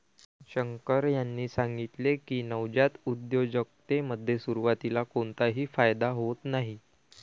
शंकर यांनी सांगितले की, नवजात उद्योजकतेमध्ये सुरुवातीला कोणताही फायदा होत नाही